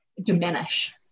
diminish